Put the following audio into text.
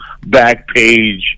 Backpage